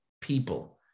people